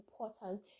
important